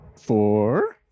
Four